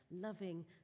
loving